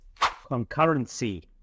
Concurrency